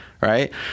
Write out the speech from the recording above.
right